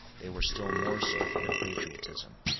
they were still more so for their patriotism.